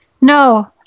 no